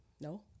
No